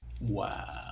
Wow